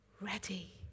ready